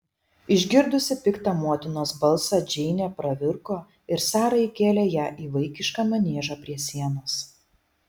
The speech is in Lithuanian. išgirdusi piktą motinos balsą džeinė pravirko ir sara įkėlė ją į vaikišką maniežą prie sienos